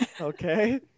Okay